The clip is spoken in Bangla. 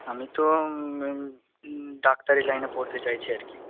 আমি তো ডাক্তারি লাইনে পড়তে চাইছি আর কি